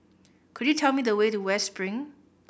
could you tell me the way to West Spring